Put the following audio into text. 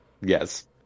Yes